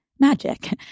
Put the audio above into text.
Magic